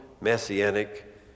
messianic